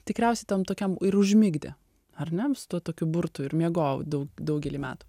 tikriausiai tam tokiam ir užmigdė ar ne su tuo tokiu burtu ir miegojau dau daugelį metų